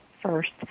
first